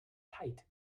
tight